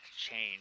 change